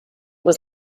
was